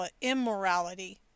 immorality